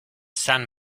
san